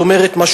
זאת אומרת,